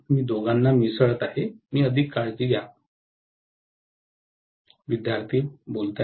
मी दोघांना मिसळत आहे मी अधिक काळजी घेतलेली चांगली आहे